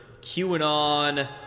QAnon